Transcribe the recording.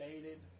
Dated